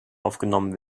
aufgenommen